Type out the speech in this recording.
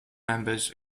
members